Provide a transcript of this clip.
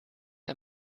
der